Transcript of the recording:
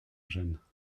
jeunes